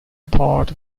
part